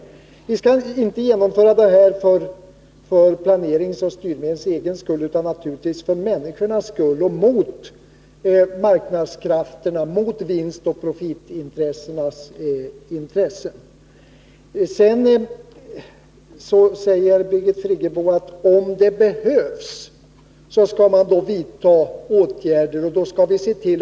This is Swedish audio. Vi skall inte genomföra något för planeringens och styrmedlens egen skull utan naturligtvis för människornas skull och mot marknadskrafterna och vinstoch profitintressena. Birgit Friggebo säger att man skall vidta åtgärder om det behövs.